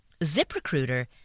ZipRecruiter